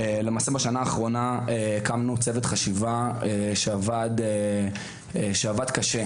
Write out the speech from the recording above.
בשנה האחרונה הקמנו צוות חשיבה שעבד קשה,